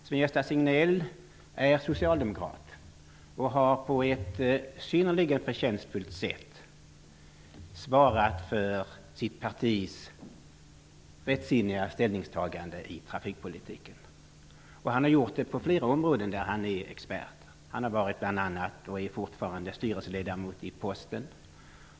Sven-Gösta Signell är socialdemokrat och har på ett synnerligen förtjänstfullt sätt svarat för sitt partis rättsinniga ställningstaganden i trafikpolitiken, och det har han gjort på flera områden där han är expert. Bl.a. har han varit, och han är fortfarande, styrelseledamot i Posten.